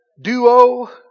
Duo